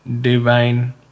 divine